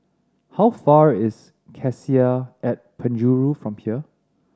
how far is Cassia at Penjuru from here